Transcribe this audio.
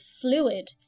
fluid